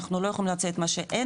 אנחנו לא יכולים להציע את מה שאין,